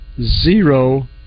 zero